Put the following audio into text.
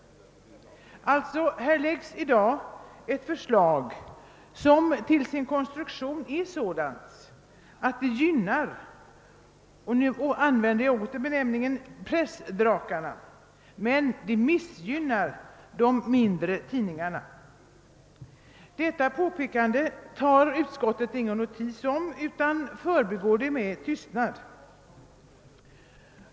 Här framläggs alltså ett förslag som till sin konstruktion är sådant att det gynnar — och nu använder jag åter samma benämning — »pressdrakarna«, men missgynnar de mindre tidningarna. Detta påpekande tar utskottet ingen notis om utan förbigår det med tystnad.